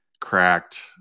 cracked